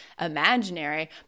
imaginary